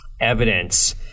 evidence